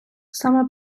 саме